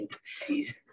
season